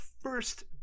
first